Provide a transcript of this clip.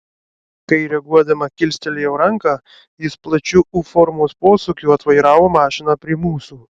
kai reaguodama kilstelėjau ranką jis plačiu u formos posūkiu atvairavo mašiną prie mūsų